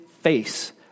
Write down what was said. face